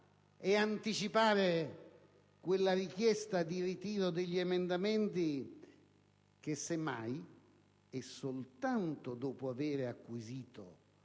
e anticipare quella richiesta di ritiro degli emendamenti che, semmai, e soltanto dopo avere acquisito